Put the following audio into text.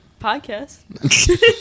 podcast